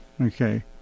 Okay